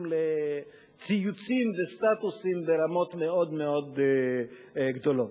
לציוצים וסטטוסים ברמות מאוד מאוד גדולות.